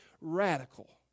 radical